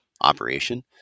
operation